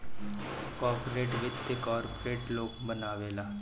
corporate वित्त corporate लोग बनावेला